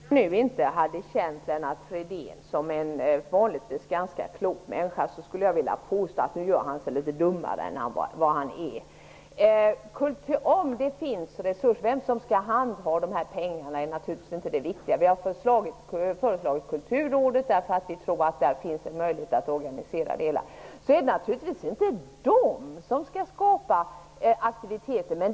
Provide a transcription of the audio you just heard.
Herr talman! Om jag inte hade känt Lennart Fridén som en vanligtvis ganska klok människa, skulle jag vilja påstå att han nu gör sig litet dummare än vad han är. Vem som skall handha dessa pengar är naturligtvis inte det viktigaste. Vi har föreslagit Kulturrådet, eftersom vi tror att det där finns möjlighet att organisera det hela. Men det är inte Kulturrådet som skall skapa aktiviteterna.